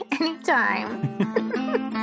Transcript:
Anytime